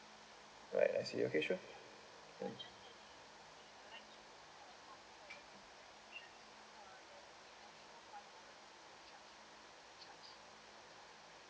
right I see okay sure mm